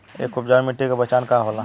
एक उपजाऊ मिट्टी के पहचान का होला?